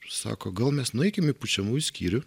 sako gal mes nueikim į pučiamųjų skyrių